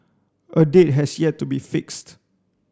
a date has yet to be fixed